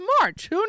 March